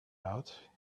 out